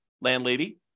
landlady